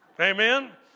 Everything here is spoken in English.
Amen